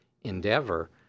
endeavor